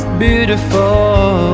beautiful